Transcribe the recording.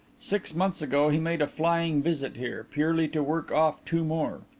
six months ago he made a flying visit here, purely to work off two more.